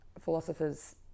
philosopher's